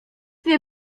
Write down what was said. nie